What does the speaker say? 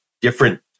different